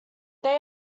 they